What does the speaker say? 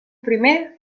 primer